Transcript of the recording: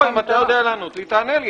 אם אתה יודע לענות לי, תענה לי.